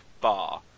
bar